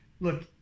Look